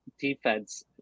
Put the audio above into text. defense